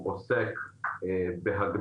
התשמ"ב-1982 (להלן